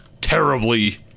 Terribly